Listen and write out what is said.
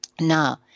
now